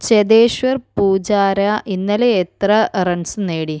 ചെതേശ്വർ പൂജാര ഇന്നലെ എത്ര റൺസ് നേടി